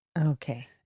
Okay